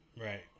Right